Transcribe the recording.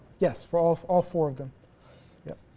yes ralph all four of them yeah